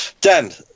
Dan